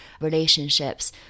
relationships